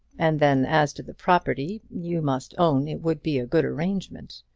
and then as to the property you must own it would be a good arrangement.